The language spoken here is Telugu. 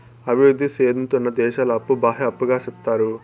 అభివృద్ధి సేందుతున్న దేశాల అప్పు బాహ్య అప్పుగా సెప్తారు